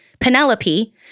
Penelope